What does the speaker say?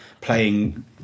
playing